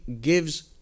gives